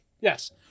Yes